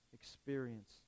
experience